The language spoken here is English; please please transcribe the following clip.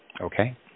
Okay